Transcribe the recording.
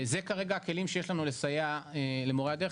זה כרגע הכלים שיש לנו לסייע למורי הדרך,